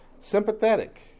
sympathetic